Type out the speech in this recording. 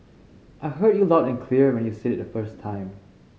I heard you loud and clear when you said it the first time